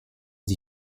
sie